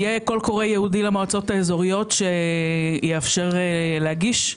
יהיה קול קורא ייעודי למועצת האזוריות שיאפשר להגיש?